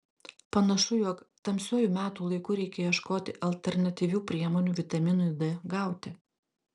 panašu jog tamsiuoju metų laiku reikia ieškoti alternatyvių priemonių vitaminui d gauti